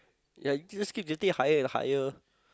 ya you just keep getting higher and higher